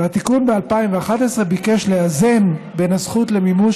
והתיקון ב-2011 ביקש לאזן בין הזכות למימוש